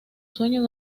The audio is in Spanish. sueño